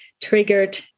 triggered